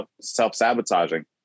self-sabotaging